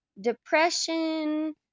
depression